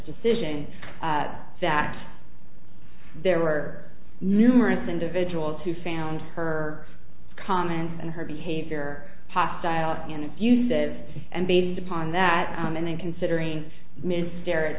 decision that there were numerous individuals who found her comments and her behavior hostile and if you said and made upon that and then considering miscarriage